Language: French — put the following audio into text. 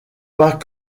pas